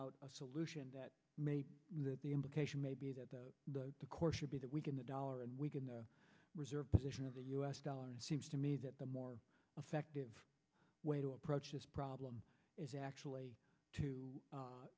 out a solution that may be that the implication may be that the core should be that weaken the dollar and weaken the reserve position of the u s dollar it seems to me that the more effective way to approach this problem is actually to